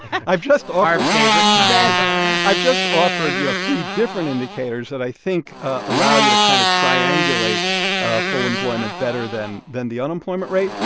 i've just offered. our favorite kind never i've just offered you know three different indicators that i think ah allow you to kind of triangulate ah full employment better than than the unemployment rate.